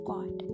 God